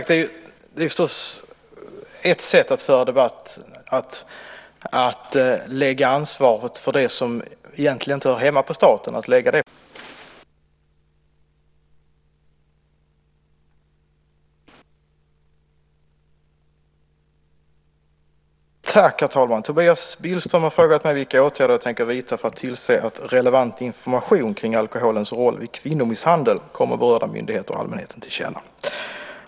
Herr talman! Tobias Billström har frågat mig vilka åtgärder jag tänker vidta för att tillse att relevant information kring alkoholens roll vid kvinnomisshandel kommer berörda myndigheter och allmänheten till känna.